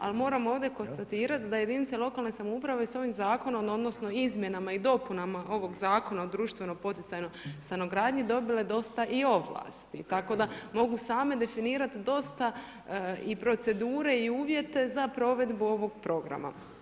Ali moramo ovdje konstatirati da jedinica lokalne samouprave s ovim zakonom odnosno izmjenama i dopunama ovog Zakona o društveno poticajnoj stanogradnji dobile dosta i ovlasti, tako da mogu same definirati dosta i procedure i uvjete za provedbu ovog programa.